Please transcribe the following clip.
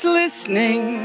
listening